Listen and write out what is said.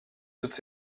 toutes